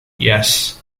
yes